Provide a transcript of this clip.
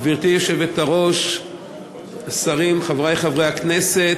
גברתי היושבת-ראש, שרים, חברי חברי הכנסת,